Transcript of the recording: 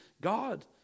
God